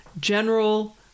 general